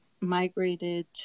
Migrated